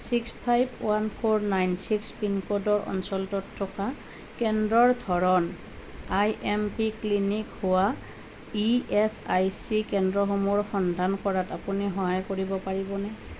six five one four nine six পিনক'ডৰ অঞ্চলটোত থকা কেন্দ্ৰৰ ধৰণ আই এম পি ক্লিনিক হোৱা ই এচ আই চি কেন্দ্ৰসমূহৰ সন্ধান কৰাত আপুনি সহায় কৰিব পাৰিবনে